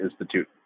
Institute